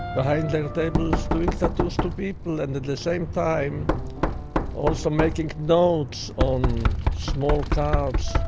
behind their tables doing tattoos to people and at the same time also making notes on small cards.